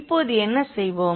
இப்போது என்ன செய்வோம்